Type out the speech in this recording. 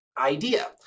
idea